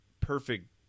perfect